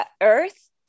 Earth